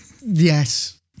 Yes